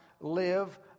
live